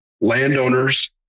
landowners